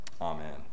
amen